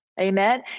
Amen